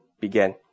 began